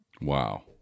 Wow